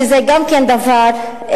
שזה גם כן דבר מבורך,